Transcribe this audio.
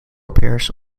appears